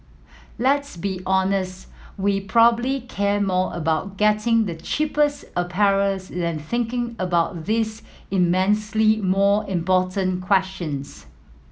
let's be honest we probably care more about getting the cheapest apparels than thinking about these immensely more important questions